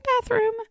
bathroom